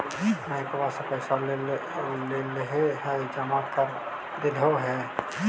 बैंकवा से पैसवा लेलहो है जमा कर देलहो हे?